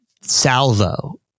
salvo